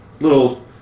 Little